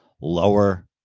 Lower